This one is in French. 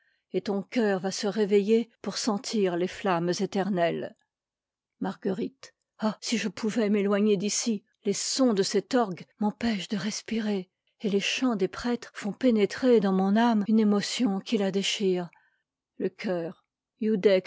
et ton cœur va se réa veiller pour sentir les nammes éternelles marguerite ah si je pouvais m'éloigner d'ici les sons de cet orgue m'empêchent de respirer et les chants des prêtres font pénétrer dans mon âme une émotion qui la déchire le choeur